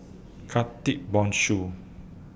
Khatib Bongsu